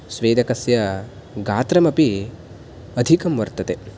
स्वेदकस्य गात्रमपि अधिकं वर्तते